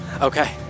Okay